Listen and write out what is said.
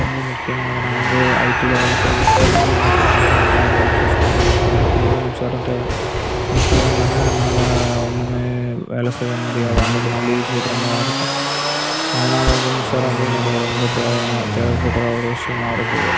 ரொம்ப முக்கியமானது நான் வந்து ஐடியில் வேலை செய்கிறதுனால வந்து எனக்கு வந்து லேப்டாப் சிஸ்டம் யூஸ் பண்ணுறதுக்கு வந்து மின்சாரம் தேவை மின்சாரம் இல்லைன்னா என்னால் ஒன்றுமே வேலை செய்ய முடியாது அன்னைக்கு நான் லீவ் போடுகிற மாதிரிருக்கும் அதனால் வந்து மின்சாரம் வந்து எனக்கு ரொம்ப தேவையான தேவைப்படுற ஒரு விஷயமாயிருக்குது